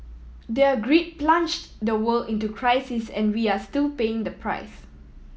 their greed plunged the world into crisis and we are still paying the price